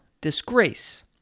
disgrace